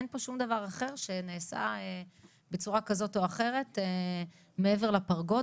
אין פה שום דבר אחר שנעשה בצורה כזאת או אחרת מעבר לפרגוד,